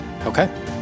okay